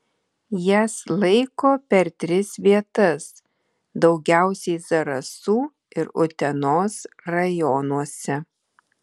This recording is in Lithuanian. jas laiko per tris vietas daugiausiai zarasų ir utenos rajonuose